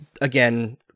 again